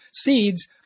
seeds